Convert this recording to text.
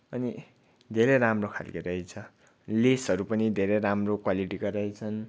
अनि धेरै राम्रो खालको रहेछ लेसहरू पनि धेरै राम्रो क्वालिटीको रहेछन्